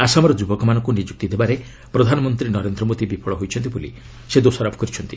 ଆସାମର ଯୁବକମାନଙ୍କୁ ନିଯୁକ୍ତି ଦେବାରେ ପ୍ରଧାନମନ୍ତ୍ରୀ ନରେନ୍ଦ୍ର ମୋଦି ବିଫଳ ହୋଇଛନ୍ତି ବୋଲି ସେ ଦୋଷାରୋପ କରିଛନ୍ତି